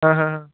ਹਾਂ ਹਾਂ ਹਾਂ